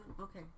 okay